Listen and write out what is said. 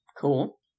Cool